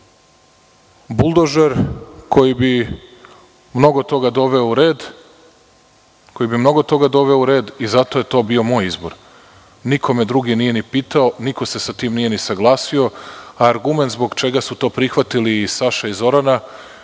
buldožer koji bi mnogo toga doveo u red i zato je to bio moj izbor. Niko me drugi nije ni pitao, niko se sa tim nije ni saglasio, a argument zbog čega su to prihvatili i Saša i Zorana je